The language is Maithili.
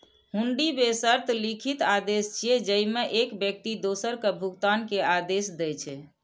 हुंडी बेशर्त लिखित आदेश छियै, जेइमे एक व्यक्ति दोसर कें भुगतान के आदेश दै छै